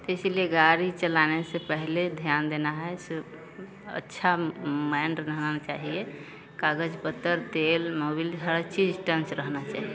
इसलिए गाड़ी चलाने से पहले ध्यान देना है सिर्फ अच्छा माइंड रहना चाहिए कागज़ पत्र तेल मोबिल हर चीज टंच रहना चाहिए